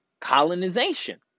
colonization